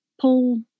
pull